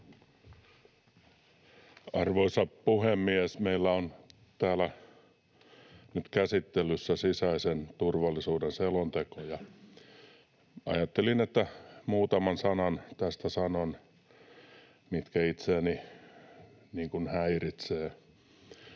Arvoisa puhemies! Meillä on täällä nyt käsittelyssä sisäisen turvallisuuden selonteko, ja ajattelin, että muutaman sanan sanon näistä, mitkä itseäni häiritsevät.